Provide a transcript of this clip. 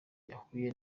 yahuye